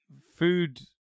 food